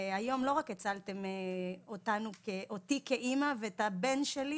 היום לא רק הצלתם אותי כאמא ואת הבן שלי